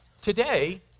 Today